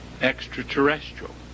extraterrestrial